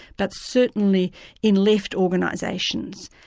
but certainly in left organisations,